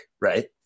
right